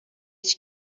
hiç